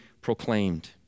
proclaimed